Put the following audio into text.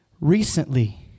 recently